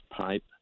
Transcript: pipe